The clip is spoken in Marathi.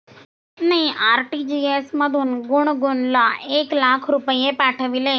अमितने आर.टी.जी.एस मधून गुणगुनला एक लाख रुपये पाठविले